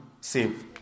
save